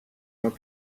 are